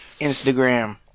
Instagram